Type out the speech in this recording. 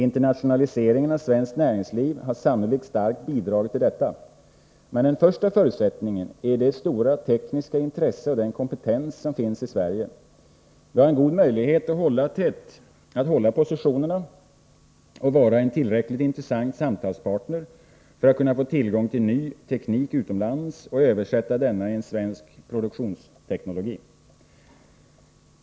Internationaliseringen av svenskt näringsliv har sannolikt starkt bidragit till detta. Men den första förutsättningen är det stora tekniska intresse och den kompetens som finns i Sverige. Vi har en god möjlighet att hålla positionerna och vara en tillräckligt intressant samtalspartner för att kunna få tillgång till ny teknik utomlands och översätta denna i svensk produktionsteknologi.